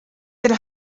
had